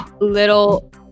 little